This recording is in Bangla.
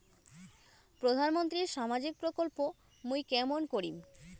প্রধান মন্ত্রীর সামাজিক প্রকল্প মুই কেমন করিম?